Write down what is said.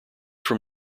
from